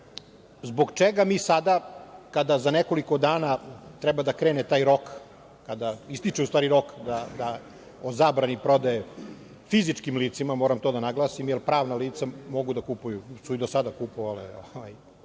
zbog čega mi sada, kada za nekoliko dana treba da krene taj rok, ističe u stvari taj rok o zabrani prodaje fizičkim licima, moram to da naglasim, jer pravna lica mogu da kupuju, i do sada su kupovali